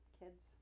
kids